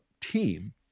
team